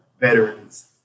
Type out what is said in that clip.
veterans